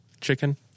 chicken